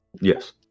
Yes